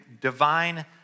divine